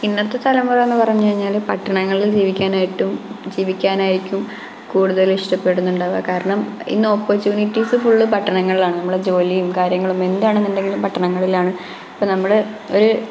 ഇന്നത്തെ തലമുറ എന്ന് പറഞ്ഞു കഴിഞ്ഞാൽ പട്ടണങ്ങളില് ജീവിക്കാനായിട്ടും ജീവിക്കാനായിരിക്കും കൂടുതല് ഇഷ്ടപ്പെടുന്നുണ്ടാവുക കാരണം ഇന്ന് ഓപ്പര്ച്യൂണിറ്റീസ് ഫുള്ള് പട്ടണങ്ങളിലാണ് നമ്മുടെ ജോലിയും കാര്യങ്ങളും എന്ത് ആണെന്നുണ്ടെങ്കിലും പട്ടണങ്ങളിലാണ് അപ്പോൾ നമ്മൾ ഒരു